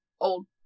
old